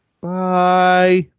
Bye